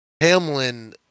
Hamlin